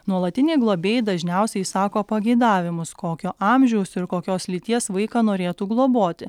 nuolatiniai globėjai dažniausiai išsako pageidavimus kokio amžiaus ir kokios lyties vaiką norėtų globoti